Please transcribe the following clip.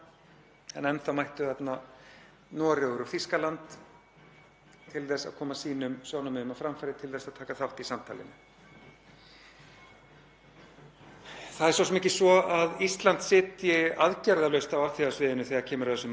Það er svo sem ekki svo að Ísland sitji aðgerðalaust á alþjóðasviðinu þegar kemur að þessum málum. Fulltrúar utanríkisþjónustunnar mættu á endurskoðunarráðstefnu NPT-samningsins síðasta sumar